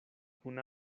kun